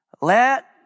Let